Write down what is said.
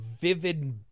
vivid